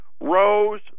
rose